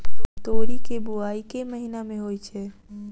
तोरी केँ बोवाई केँ महीना मे होइ छैय?